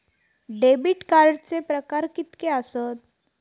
Debit कार्डचे प्रकार कीतके आसत?